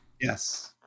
yes